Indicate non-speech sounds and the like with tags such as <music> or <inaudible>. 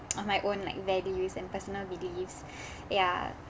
<noise> on my own like values and personal beliefs <breath> yeah